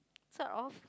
sort of